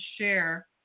share